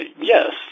yes